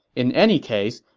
in any case,